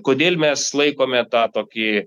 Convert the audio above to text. kodėl mes laikome tą tokį